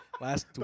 Last